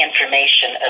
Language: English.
information